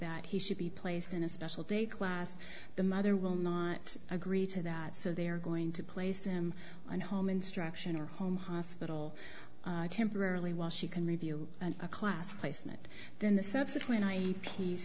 that he should be placed in a special day class the mother will not agree to that so they are going to place them on home instruction or home hospital temporarily while she can review a class placement then the subsequent i